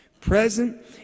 Present